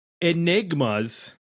Enigmas